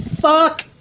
Fuck